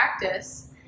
practice